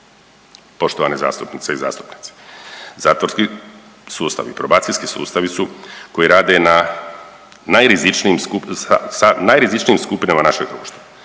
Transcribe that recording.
Poštovane zastupnice i zastupnici, zatvorski sustavi i probacijski sustavi su koji rade na najrizičnijim skupi…, sa najrizičnijim